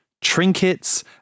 trinkets